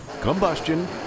combustion